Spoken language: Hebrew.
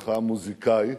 בהיותך מוזיקאי,